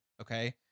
okay